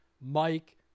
Mike